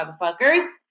motherfuckers